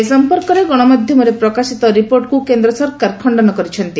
ଏ ସମ୍ପର୍କରେ ଗଣମାଧ୍ଧମରେ ପ୍ରକାଶିତ ରିପୋର୍ଟକୁ କେନ୍ଦ୍ ସରକାର ଖଣ୍ଡନ କରିଛନ୍ତି